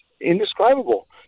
indescribable